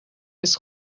نیست